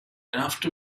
taft